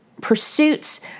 Pursuits